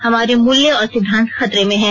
हमारे मूल्य और सिद्धांत खतरे में हैं